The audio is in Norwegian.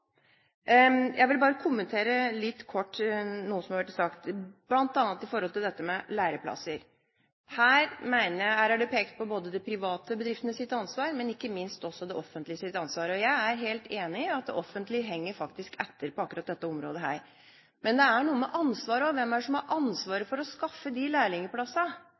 Jeg vil bare kort kommentere noe av det som har blitt sagt, bl.a. dette med læreplasser. Det er pekt på de private bedriftenes ansvar, men ikke minst det offentliges ansvar. Jeg er helt enig i at det offentlige henger etter på akkurat dette området. Men det er noe med ansvar også. Hvem er det som har ansvar for å skaffe lærlingplassene? Jeg tror at fylkeskommunene må ta et mye større ansvar for de